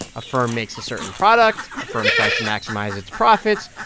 a firm makes a certain product. a firm tries to maximize its profits.